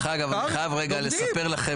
דרך אגב, אני חייב לספר לכם